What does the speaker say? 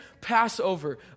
Passover